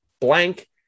blank